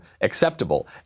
acceptable